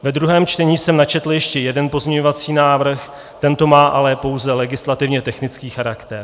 Ve druhém čtení jsem načetl ještě jeden pozměňovací návrh, tento má ale pouze legislativně technický charakter.